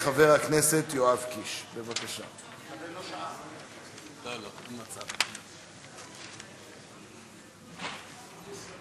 יועבר לוועדת החוקה, חוק ומשפט.